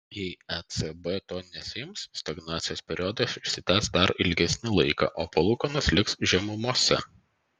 jei ecb to nesiims stagnacijos periodas išsitęs dar ilgesnį laiką o palūkanos liks žemumose